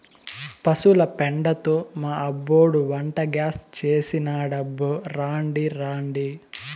పశుల పెండతో మా అబ్బోడు వంటగ్యాస్ చేసినాడబ్బో రాండి రాండి